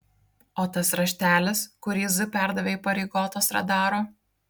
o tas raštelis kurį z perdavė įpareigotas radaro